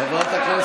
את זה?